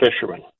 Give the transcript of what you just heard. fishermen